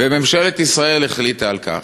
וממשלת ישראל החליטה על כך,